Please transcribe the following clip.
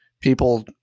people